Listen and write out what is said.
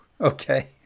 Okay